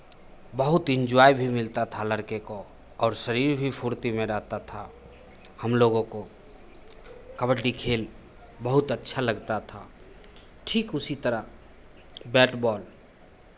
बहुत इन्जॉय भी मिलता था लड़के को और शरीर भी फुर्ती में रहता था हम लोगों को कबड्डी खेल बहुत अच्छा लगता था ठीक उसी तरह बैट बॉल